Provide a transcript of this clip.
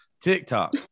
TikTok